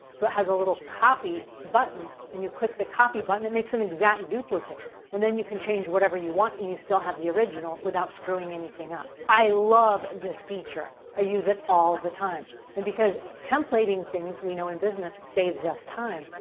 so, it has a little copy button and you click the copy button. it makes an exact duplicate and then you can change whatever you want, and you still have the original without screwing anything up. i love this feature. i use it all the time and because templating things we know in business, saves us the time.